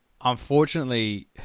Unfortunately